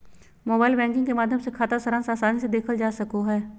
mobile banking के माध्यम से खाता सारांश आसानी से देखल जा सको हय